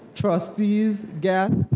trustees, guests,